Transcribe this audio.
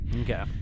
Okay